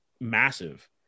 massive